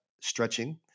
stretching